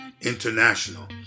International